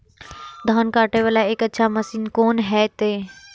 धान कटे वाला एक अच्छा मशीन कोन है ते?